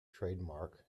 trademark